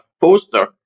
poster